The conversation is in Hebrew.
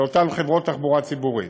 לאותן חברות התחבורה הציבורית.